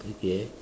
okay